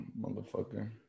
motherfucker